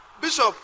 Bishop